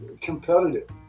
competitive